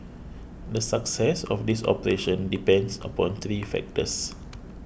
the success of this operation depends upon three factors